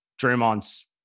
Draymond's